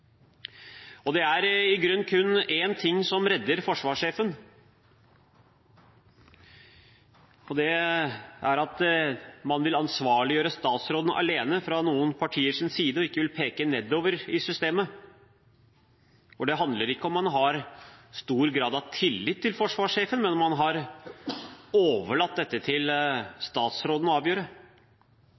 saken. Det er i grunnen kun én ting som redder forsvarssjefen, og det er at man fra noen partiers side vil ansvarliggjøre statsråden alene og ikke peke nedover i systemet. Og det handler ikke om hvorvidt man har stor grad av tillit til forsvarssjefen, men om man har overlatt til statsråden å avgjøre